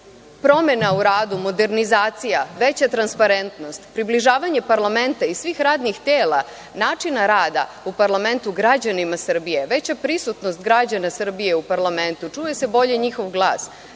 promena u radu, modernizacija, veća transparentnost, približavanje parlamenta i svih radnih tela, načina rada u parlamentu građanima Srbije, veća prisutnost građana Srbije u parlamentu, čuje se bolje njihov glas,